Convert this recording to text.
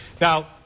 Now